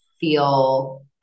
feel